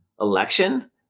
election